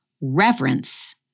reverence